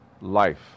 life